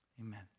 Amen